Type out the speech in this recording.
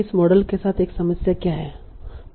इस मॉडल के साथ एक समस्या क्या है